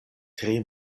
tre